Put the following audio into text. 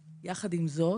יחד עם זאת,